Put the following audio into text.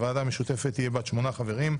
הוועדה המשותפת תהיה בת שמונה חברים,